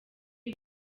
ibi